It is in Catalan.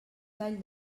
tall